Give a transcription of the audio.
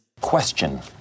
Question